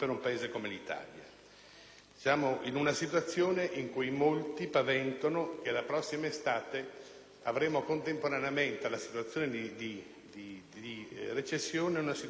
Siamo in una situazione in cui molti paventano che la prossima estate avremo contemporaneamente alla recessione una situazione di deflazione,